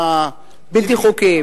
הבלתי-חוקיים.